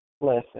Listen